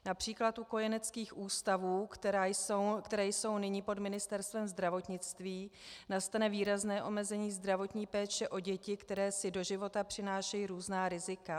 Například u kojeneckých ústavů, které jsou nyní pod Ministerstvem zdravotnictví, nastane výrazné omezení zdravotní péče o děti, které si do života přinášejí různá rizika.